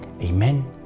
Amen